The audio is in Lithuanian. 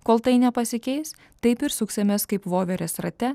kol tai nepasikeis taip ir suksimės kaip voverės rate